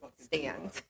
stand